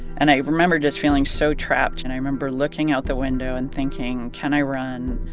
and i remember just feeling so trapped, and i remember looking out the window and thinking, can i run?